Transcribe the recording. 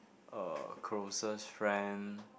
uh closest friend